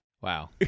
wow